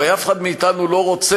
הרי אף אחד מאתנו לא רוצה,